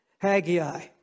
Haggai